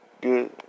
good